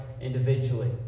individually